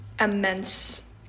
immense